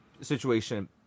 situation